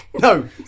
No